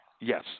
Yes